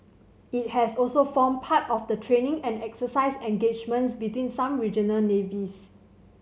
it has also formed part of the training and exercise engagements between some regional navies